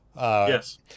Yes